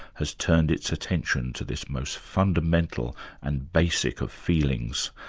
has turned its attention to this most fundamental and basic of feelings,